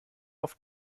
auf